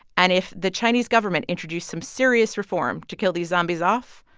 and if the chinese government introduced some serious reform to kill these zombies off,